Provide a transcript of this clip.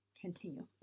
Continue